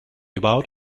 about